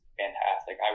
fantastic